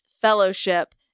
fellowship